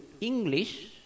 English